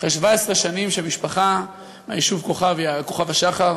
משפחה מהיישוב כוכב-השחר